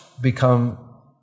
become